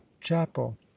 chapel